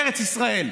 בארץ ישראל,